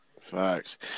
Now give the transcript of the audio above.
Facts